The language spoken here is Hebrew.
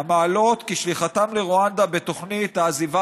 המעלות כי שליחתם לרואנדה בתוכנית עזיבה